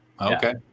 okay